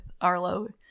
Arlo